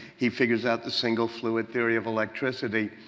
he figures out the single fluid theory of electricity.